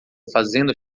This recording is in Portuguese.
fazendo